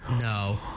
No